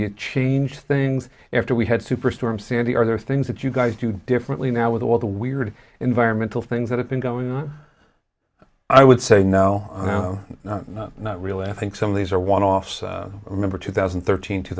you changed things after we had superstorm sandy are there things that you guys do differently now with all the weird environmental things that have been going on i would say no not really i think some of these are one offs remember two thousand and thirteen two